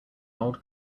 old